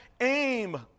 aim